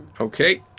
Okay